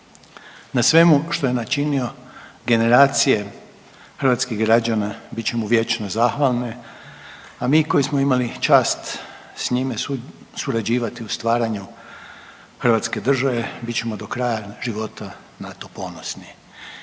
Na svemu što je načinio generacije hrvatske građana bit će mu vječno zahvalne, a mi koji smo imali čast s njime surađivati u stvaranju hrvatske države, bit ćemo do kraja života na to ponosni.